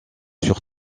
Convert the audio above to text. sur